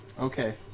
Okay